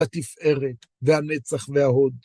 התפארת והנצח וההוד.